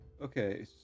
Okay